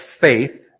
faith